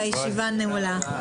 הישיבה נעולה.